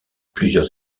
plusieurs